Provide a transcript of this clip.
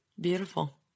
Beautiful